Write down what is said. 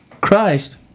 christ